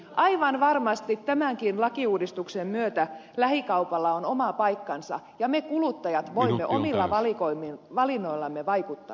aivan varmasti tämänkin lakiuudistuksen myötä lähikaupalla on oma paikkansa ja me kuluttajat voimme omilla valinnoillamme vaikuttaa siihen